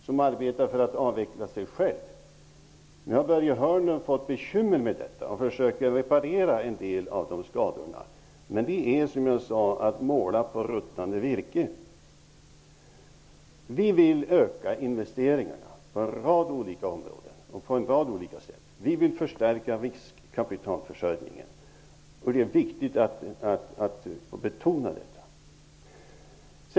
Han arbetar för att avveckla sig själv. Det har Börje Hörnlund fått bekymmer med. Han försöker reparera en del av skadorna. Det är som att måla på ruttet virke, som jag sade tidigare. Vi vill öka investeringarna på en rad områden på olika sätt. Vi vill förstärka riskkapitalförsörjningen. Det är viktigt att betona det.